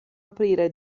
aprire